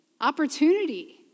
opportunity